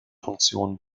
funktion